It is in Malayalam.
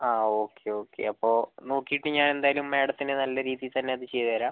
ആ ഓക്കെ ഓക്കെ അപ്പോൾ നോക്കിയിട്ട് ഞാൻ എന്തായാലും മേടത്തിനെ നല്ല രീതിയിൽ തന്നെ അത് ചെയ്ത് തരാം